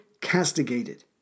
castigated